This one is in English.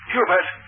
Hubert